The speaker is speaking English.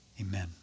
Amen